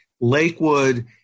Lakewood